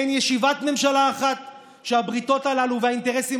אין ישיבת ממשלה אחת שהבריתות הללו והאינטרסים